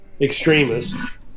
extremists